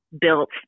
built